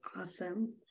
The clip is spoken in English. awesome